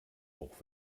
auch